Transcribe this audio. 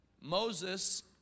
Moses